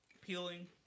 peeling